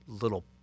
little